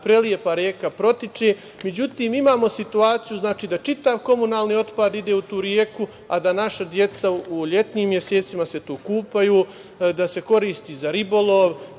prelepa reka protiče. Međutim, imamo situaciju da čitav komunalni otpad ide u tu reku, a da se naša deca u letnjim mesecima tu kupaju, da se koristi za ribolov,